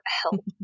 help